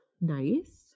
nice